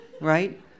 right